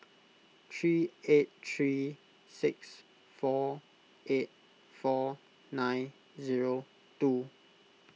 three eight three six four eight four nine zero two